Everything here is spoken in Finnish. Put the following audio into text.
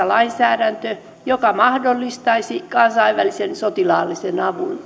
lainsäädäntö joka mahdollistaisi kansainvälisen sotilaallisen avun